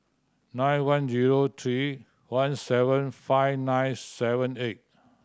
nine one zero three one seven five nine seven eight